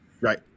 Right